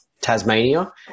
Tasmania